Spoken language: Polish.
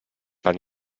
pan